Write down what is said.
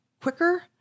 quicker